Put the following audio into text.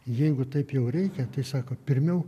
jeigu taip jau reikia tai sako pirmiau